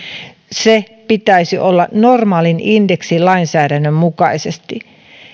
sen pitäisi olla normaalin indeksilainsäädännön mukaisesti